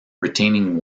retaining